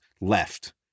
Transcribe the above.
left